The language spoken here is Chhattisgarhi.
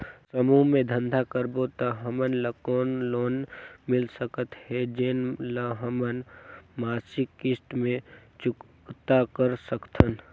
समूह मे धंधा करबो त हमन ल कौन लोन मिल सकत हे, जेन ल हमन मासिक किस्त मे चुकता कर सकथन?